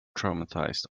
traumatized